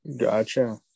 gotcha